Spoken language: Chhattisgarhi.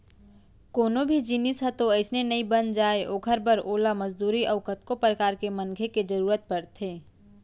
कोनो भी जिनिस ह तो अइसने नइ बन जाय ओखर बर ओला मजदूरी अउ कतको परकार के मनखे के जरुरत परथे